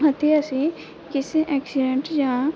ਅਤੇ ਅਸੀਂ ਕਿਸੇ ਐਕਸੀਡੈਂਟ ਜਾਂ